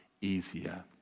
easier